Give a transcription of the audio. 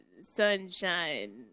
Sunshine